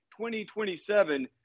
2027